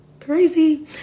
crazy